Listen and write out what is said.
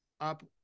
up